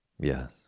Yes